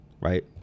right